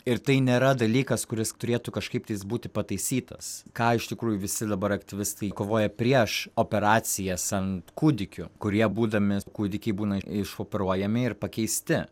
ir tai nėra dalykas kuris turėtų kažkaip tais būti pataisytas ką iš tikrųjų visi dabar aktyvistai kovoja prieš operacijas ant kūdikių kurie būdami kūdikiai būna išoperuojami ir pakeisti